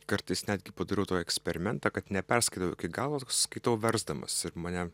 kartais netgi padarau toį eksperimentą kad neperskaitau iki galo skaitau versdamas ir mane